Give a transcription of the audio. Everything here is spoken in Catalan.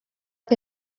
que